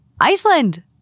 Iceland